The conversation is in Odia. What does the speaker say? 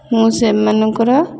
ମୁଁ ସେମାନଙ୍କର